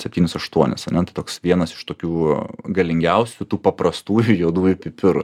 septynis aštuonis ar ne tai toks vienas iš tokių galingiausių tų paprastųjų juodųjų pipirų